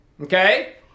Okay